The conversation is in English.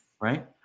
right